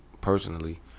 personally